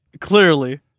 clearly